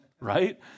right